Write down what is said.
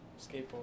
skateboard